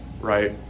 right